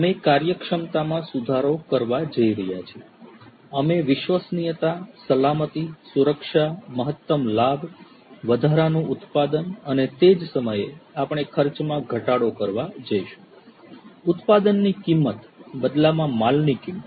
અમે કાર્યક્ષમતામાં સુધારો કરવા જઈ રહ્યા છીએ અમે વિશ્વસનીયતા સલામતી સુરક્ષા મહત્તમ લાભ વધારાનું ઉત્પાદન અને તે જ સમયે આપણે ખર્ચમાં ઘટાડો કરવા જઈશું ઉત્પાદનની કિંમત બદલામાં માલની કિંમત